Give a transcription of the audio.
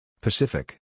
Pacific